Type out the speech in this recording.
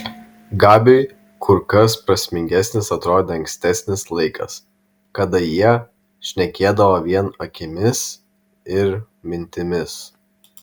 gabiui kur kas prasmingesnis atrodė ankstesnis laikas kada jie šnekėdavo vien akimis ir mintimis